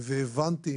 והבנתי